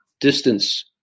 distance